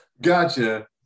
Gotcha